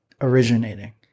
originating